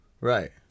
Right